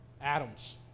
Adam's